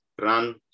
run